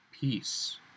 peace